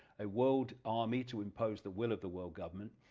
a world army to impose the will of the world government,